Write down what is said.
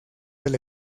del